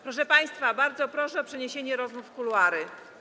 Proszę państwa, bardzo proszę o przeniesienie rozmów w kuluary.